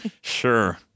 sure